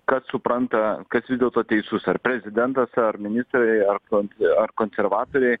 kas supranta kas vis dėlto teisus ar prezidentas ar ministrai ar kons ar konservatoriai